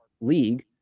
league